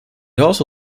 also